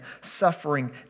suffering